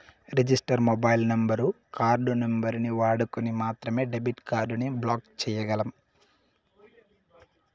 register mobile number, card నంబరుని వాడుకొని మాత్రమే డెబిట్ కార్డుని బ్లాక్ చేయ్యగలం